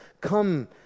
Come